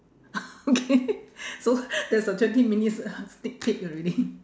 okay so that's a twenty minutes uh sneak peak already